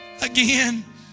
again